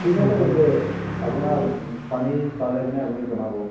ঠিক আছে তেন্তে আপোনাক পানী পালে মানে আপুনি জনাব